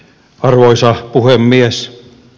arvoisa puhemies